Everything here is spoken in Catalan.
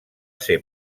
ser